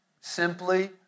Simply